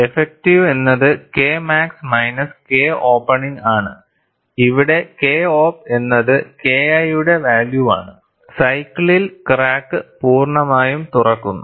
ക്റ്റിവ് എന്നത് K max minus K opening ആണ് ഇവിടെ K op എന്നത് KI യുടെ വാല്യൂവാണ് സൈക്കിളിൽ ക്രാക്ക് പൂർണ്ണമായും തുറക്കുന്നു